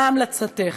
מה המלצתך?